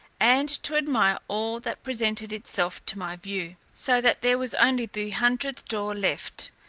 and to admire all that presented itself to my view, so that there was only the hundredth door left,